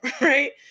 Right